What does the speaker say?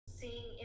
seeing